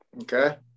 Okay